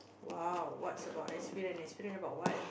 !wow! what's about experience experience about what